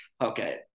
Okay